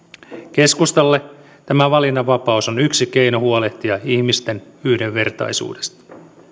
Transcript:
keskustalle tämä valinnanvapaus on yksi keino huolehtia ihmisten yhdenvertaisuudesta